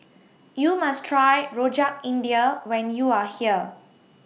YOU must Try Rojak India when YOU Are here